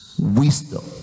wisdom